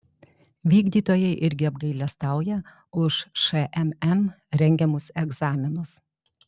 vykdytojai irgi apgailestauja už šmm rengiamus egzaminus